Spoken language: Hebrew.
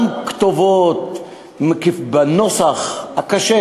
גם כתובות בנוסח הקשה,